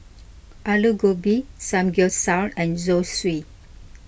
Alu Gobi Samgyeopsal and Zosui